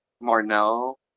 Marnell